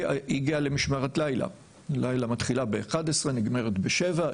היא הגיעה למשמרת לילה שמתחילה ב-23:00 ומסתיימת ב-07:00.